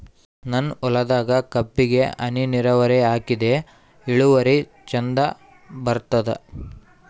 ನನ್ನ ಹೊಲದಾಗ ಕಬ್ಬಿಗಿ ಹನಿ ನಿರಾವರಿಹಾಕಿದೆ ಇಳುವರಿ ಚಂದ ಬರತ್ತಾದ?